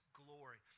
glory